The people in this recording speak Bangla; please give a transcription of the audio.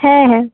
হ্যাঁ হ্যাঁ